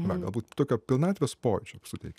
na galbūt tokio pilnatvės pojūčio suteikia